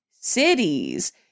cities